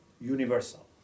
universal